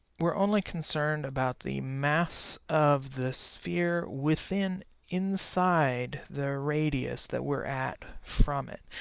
we're only concerned about the mass of the sphere within inside the radius that we're at from it.